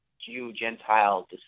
Jew-Gentile